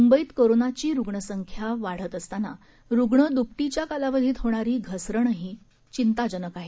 मुंबईत कोरोनाची रुग्णसंख्या चिंताजनक वाढत असताना रुग्णदुपटीच्या कालावधीत होणारी घसरणही चिंताजनक आहे